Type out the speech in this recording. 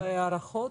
הערכות?